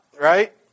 right